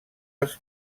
els